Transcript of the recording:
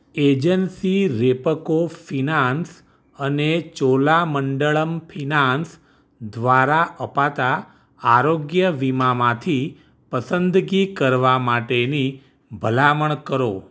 agency Repco finance અને Cholamandalam finance દ્વારા અપાતા આરોગ્ય વીમામાંથી પસંદગી કરવા માટેની ભલામણ કરો